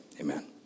Amen